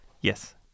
Yes